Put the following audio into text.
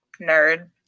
Nerd